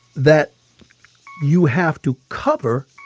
that you have to cover